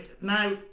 Now